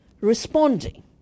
responding